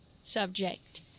subject